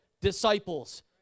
disciples